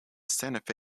santa